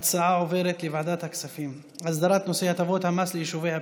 ההצעה עוברת לוועדת הכספים: הסדרת נושא הטבות המס ליישובי הפריפריה.